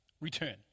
return